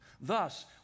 Thus